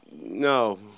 No